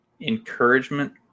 encouragement